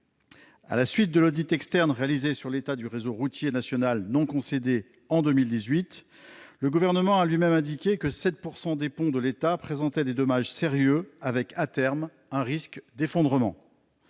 À la suite de l'audit externe réalisé sur l'état du réseau routier national non concédé en 2018, le Gouvernement a lui-même indiqué que 7 % des ponts de l'État présentaient des dommages sérieux, avec, à terme, un risque d'effondrement.